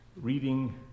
reading